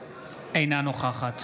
אינה נוכחת